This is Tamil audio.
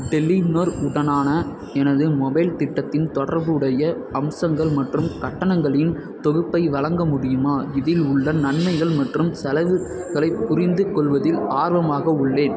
டெலிநோர் உடனான எனது மொபைல் திட்டத்தின் தொடர்புடைய அம்சங்கள் மற்றும் கட்டணங்களின் தொகுப்பை வழங்க முடியுமா இதில் உள்ள நன்மைகள் மற்றும் செலவு களைப் புரிந்து கொள்வதில் ஆர்வமாக உள்ளேன்